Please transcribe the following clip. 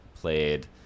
played